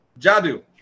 Jadu